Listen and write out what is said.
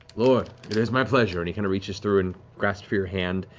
lord. it is my pleasure. and he kind of reaches through and grasps your hand,